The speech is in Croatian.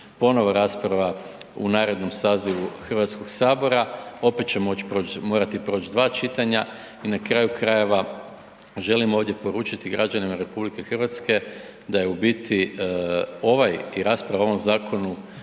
ponovo rasprava u narednom sazivu Hrvatskog sabora. Opet će moć proć, morati proći 2 čitanja i na kraju krajeva želim ovdje poručiti građanima RH, da je u biti ovaj i rasprava o ovom zakonu